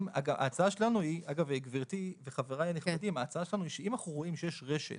ההצעה שלנו היא שאם אנחנו רואים שיש רשת